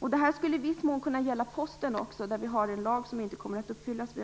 har. Detta skulle i viss mån också kunna gälla Posten. Vi har beslutat om en lag som inte kommer att efterlevas.